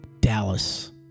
Dallas